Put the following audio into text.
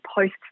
post